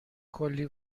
کلی